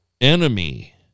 enemy